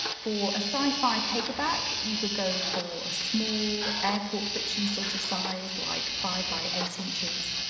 for a sci-fi paperback, you could go for a small airport fiction sort of size, like five by eight inches.